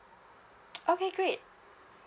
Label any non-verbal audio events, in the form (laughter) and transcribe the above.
(noise) okay great